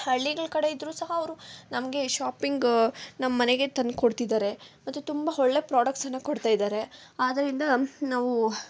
ಹಳ್ಳಿಗಳ ಕಡೆ ಇದ್ರು ಸಹ ಅವರು ನಮಗೆ ಶಾಪಿಂಗ್ ನಮ್ಮನೆಗೆ ತಂದು ಕೊಡ್ತಿದ್ದಾರೆ ಮತ್ತೆ ತುಂಬ ಒಳ್ಳೆ ಪ್ರಾಡಕ್ಟ್ಸನ್ನ ಕೊಡ್ತಾ ಇದ್ದಾರೆ ಆದ್ರಿಂದ ನಾವು